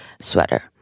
sweater